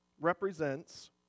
represents